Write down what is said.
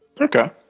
Okay